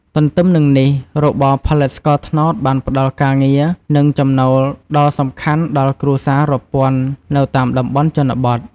ទទ្ទឹមនឹងនេះ របរផលិតស្ករត្នោតបានផ្ដល់ការងារ និងចំណូលដ៏សំខាន់ដល់គ្រួសាររាប់ពាន់នៅតាមតំបន់ជនបទ។